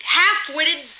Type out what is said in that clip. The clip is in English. half-witted